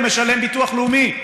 הוא משלם ביטוח לאומי.